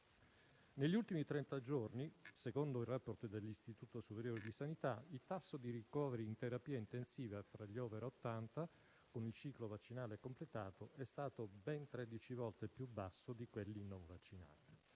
Negli ultimi trenta giorni, secondo il *report* dell'Istituto superiore di sanità, il tasso di ricoveri in terapia intensiva fra gli *over* 80 con il ciclo vaccinale completato è stato ben tredici volte più basso rispetto ai non vaccinati.